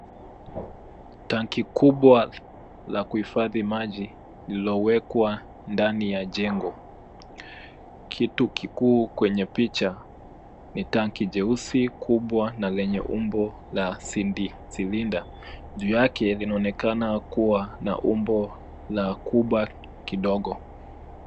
Tanki kubwa la kuhifadhi maji lililowekwa ndani ya jengo, kitu kikuu kwenye picha ni tanki jeusi kubwa na lenye umbo la silinda, juu yake inaonekana kuwa na umbo la kubwa kidogo.